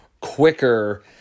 quicker